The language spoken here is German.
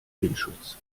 windschutz